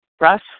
Russ